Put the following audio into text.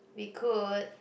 we could